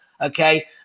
Okay